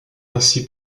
ainsi